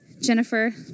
Jennifer